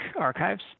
Archives